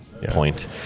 point